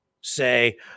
say